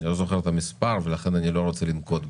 אני לא זוכר את המספר ולכן אני לא רוצה לנקוב בו.